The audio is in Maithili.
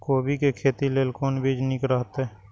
कोबी के खेती लेल कोन बीज निक रहैत?